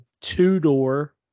two-door